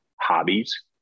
hobbies